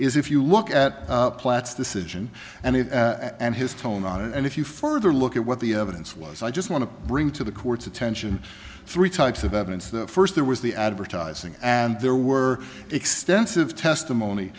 is if you look at platz decision and it and his tone and if you further look at what the evidence was i just want to bring to the court's attention three types of evidence the first there was the advertising and there were extensive testimony